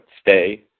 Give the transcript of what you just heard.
stay